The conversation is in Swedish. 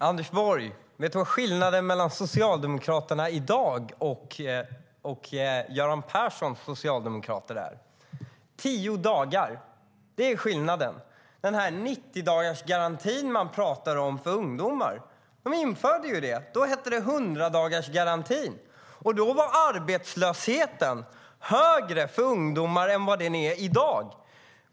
Herr talman! Vet Anders Borg vad skillnaden är mellan Socialdemokraterna i dag och Göran Perssons socialdemokrater? Tio dagar, det är skillnaden. Man pratar om 90-dagarsgarantin för ungdomar i dag. Man införde den på Göran Perssons tid, men då hette den 100-dagarsgarantin. Då var arbetslösheten högre för ungdomar än vad den är i dag.